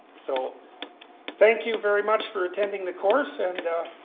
so thank you very much for attending the course, and